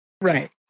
Right